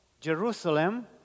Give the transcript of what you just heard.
Jerusalem